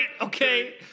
Okay